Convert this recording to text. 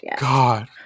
god